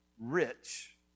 rich